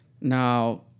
Now